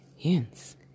Hence